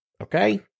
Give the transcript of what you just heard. okay